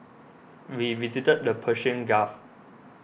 we visited the Persian Gulf